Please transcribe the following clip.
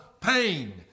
pain